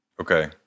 Okay